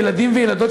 ילדים וילדות,